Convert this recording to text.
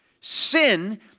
Sin